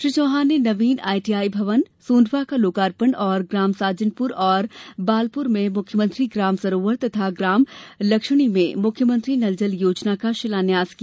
श्री चौहान ने नवीन आईटीआई भवन सोंडवा का लोकार्पण और ग्राम साजनपुर और बालपुर में मुख्यमंत्री ग्राम सरोवर तथा ग्राम लक्ष्मणीमें मुख्यमंत्री नल जल योजना का शिलान्यास किया